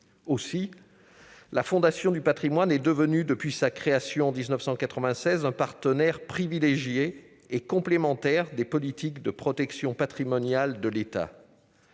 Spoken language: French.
Aussi, la Fondation du patrimoine est devenue, depuis sa création en 1996, un partenaire privilégié et complémentaire des politiques de protection patrimoniale de l'État.